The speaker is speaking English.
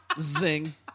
Zing